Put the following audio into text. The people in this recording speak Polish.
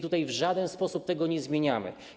Tutaj w żaden sposób tego nie zmieniamy.